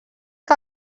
que